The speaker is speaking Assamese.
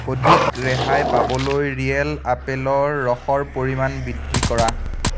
অধিক ৰেহাই পাবলৈ ৰিয়েল আপেলৰ ৰসৰ পৰিমাণ বৃদ্ধি কৰা